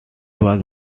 was